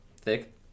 Thick